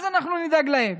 אז אנחנו נדאג להם,